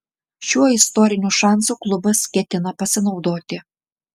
šiuo istoriniu šansu klubas ketina pasinaudoti